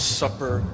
supper